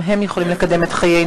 כי אם יִפֹלו האחד יקים את חברו.